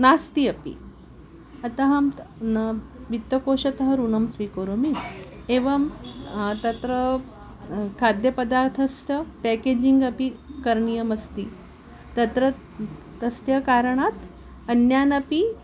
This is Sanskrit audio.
नास्ति अपि अतः न वित्तकोशतः ऋणं स्वीकरोमि एवं तत्र खाद्यपदार्थस्य पेकेजिङ्ग् अपि करणीयमस्ति तत्र तस्य कारणात् अन्यान् अपि